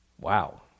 Wow